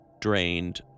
drained